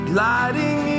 Gliding